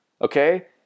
okay